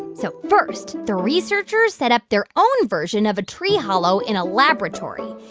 so first, the researchers set up their own version of a tree hollow in a laboratory.